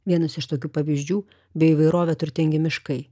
vienas iš tokių pavyzdžių bio įvairovė turtingi miškai